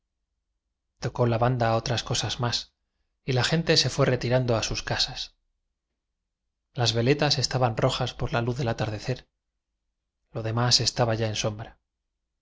tocó la banda otras cosas más y la gente se fue retirando a sus casas las veletas estaban rojas por la luz del atardecer lo demás estaba ya en sombra